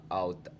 out